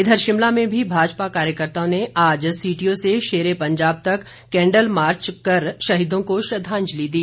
इधर शिमला में भी भाजपा कार्यकर्ताओं ने आज सीटीओ से शेर ए पंजाब तक कैंडल मार्च कर शहीदों को श्रद्धांजलि दी